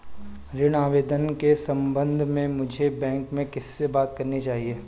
ऋण आवेदन के संबंध में मुझे बैंक में किससे बात करनी चाहिए?